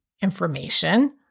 information